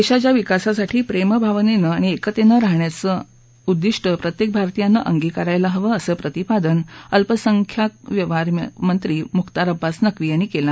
देशाच्या विकासासाठी प्रेम भावनेनं आणि एकतेनं राहण्याचं लक्षं प्रत्येक भारतीयानं अंगिकारायला हवं असं प्रतिपादन अल्पसंख्याक व्यवहार मंत्री मुख्तार अब्बास नक्वी यांनी केलं